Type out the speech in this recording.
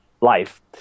life